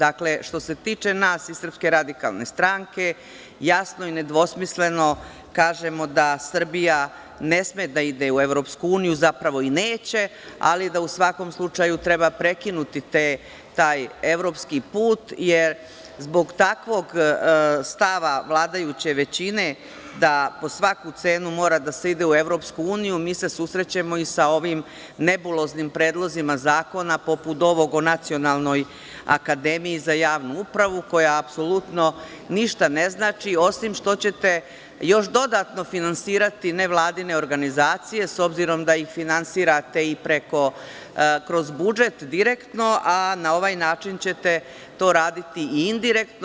Dakle, što se tiče nas iz SRS, jasno i nedvosmisleno kažemo da Srbija ne sme da ide u EU, zapravo i neće, ali da u svakom slučaju treba prekinuti taj evropski put, jer zbog takvog stava vladajuće većine da po svaku cenu mora da se ide u EU, mi se susrećemo sa ovim nebuloznim predlozima zakona, poput ovog o nacionalnoj akademiji za javnu upravu, koja apsolutno ništa ne znači, osim što ćete još dodatno finansirati nevladine organizacije, s obzirom da ih finansirate kroz budžet, direktno, a na ovaj način ćete to raditi i indirektno.